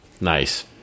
Nice